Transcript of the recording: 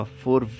four